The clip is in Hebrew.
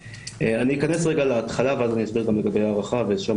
אני אכנס רגע להתחלה ואז אני אסביר גם לגבי ההארכה ושם